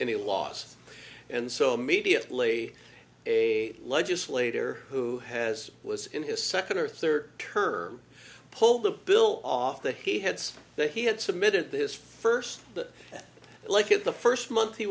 any laws and so immediately a legislator who has was in his second or third term pulled the bill off that he had said that he had submitted this first that like it the first month he